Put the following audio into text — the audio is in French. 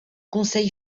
conseil